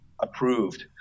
approved